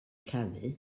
canu